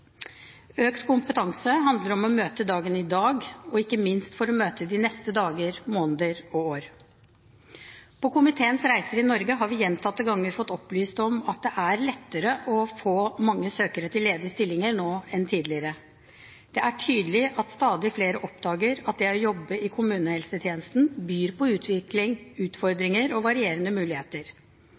Økt kompetanse handler om å møte dagen i dag og ikke minst om å møte de neste dager, måneder og år. På komiteens reiser i Norge har vi gjentatte ganger fått opplyst om at det er lettere å få mange søkere til ledige stillinger nå enn tidligere. Det er tydelig at stadig flere oppdager at det å jobbe i kommunehelsetjenesten byr på utvikling, utfordringer og varierende muligheter.